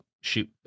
shoot